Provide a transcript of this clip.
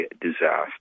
disaster